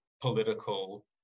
political